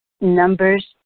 Numbers